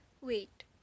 Wait